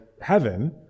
heaven